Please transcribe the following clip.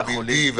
ויטמין D,